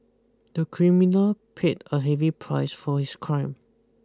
the criminal paid a heavy price for his crime